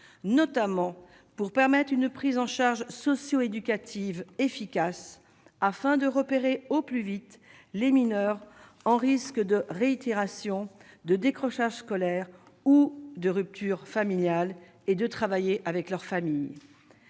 notamment pour permettre une prise en charge socio-éducatives efficaces afin de repérer au plus vite les mineurs en risque de réitération de décrochage scolaire ou de rupture familiale et de travailler avec leur famille